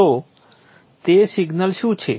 તો તે સિગ્નલ શું છે